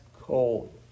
cold